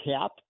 cap